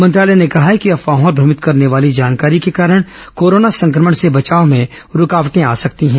मंत्रालय ने कहा है कि अफवाहों और भ्रमित करने वाली जानकारी के कारण कोरोना संक्रमण से बचाव में रूकावटें आ सकती हैं